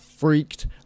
Freaked